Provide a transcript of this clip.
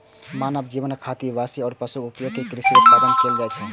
मानव जीवन खातिर फसिल आ पशुक उपयोग सं कृषि उत्पादन कैल जाइ छै